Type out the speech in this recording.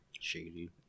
shady